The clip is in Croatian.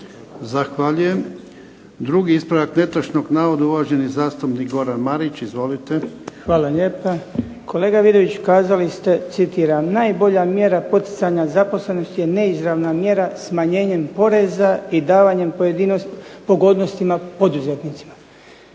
Zahvaljujem. Drugi ispravak netočnog navoda uvaženi zastupnik Goran Marić. Izvolite. **Marić, Goran (HDZ)** Hvala lijepa. Kolega Vidović kazali ste citiram: "Najbolja mjera poticanja zaposlenosti je neizravna mjera smanjenjem poreza i davanjem pogodnostima poduzetnicima"